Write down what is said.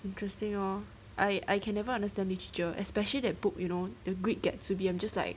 interesting hor I I can never understand literature especially that book you know the greek get to be I'm just like